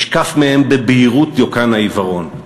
נשקף מהם בבהירות דיוקן העיוורון,